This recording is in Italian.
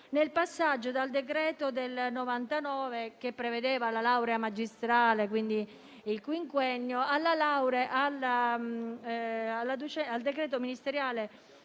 nel passaggio dal decreto del 1999, che prevedeva la laurea magistrale (quindi il quinquennio), al decreto ministeriale n.